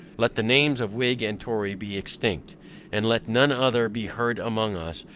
let the names of whig and tory be extinct and let none other be heard among us,